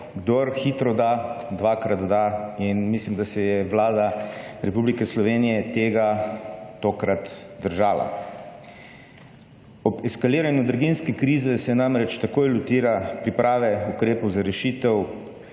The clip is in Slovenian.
»Kdor hitro da dvakrat da.« in mislim, da se je Vlada Republike Slovenije tega tokrat držala. Ob ekshaliranju draginjske krize se namreč takoj lotila priprave ukrepov za rešitev,